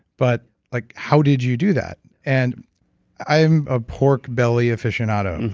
but like how did you do that? and i'm a pork belly aficionado,